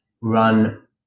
run